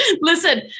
Listen